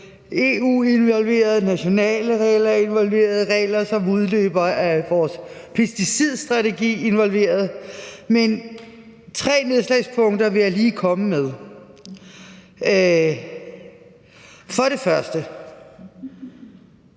er involveret, nationale regler er involveret, og regler, som udløber af vores pesticidstrategi, er involveret, men tre nedslagspunkter vil jeg lige komme med. For det første